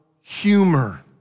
humor